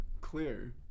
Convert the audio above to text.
clear